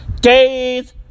Days